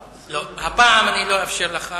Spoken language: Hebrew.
הפעם לא אאפשר לך,